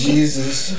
Jesus